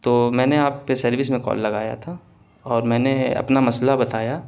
تو میں نے آپ کے سروس میں کال لگایا تھا اور میں نے اپنا مسئلہ بتایا